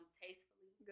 tastefully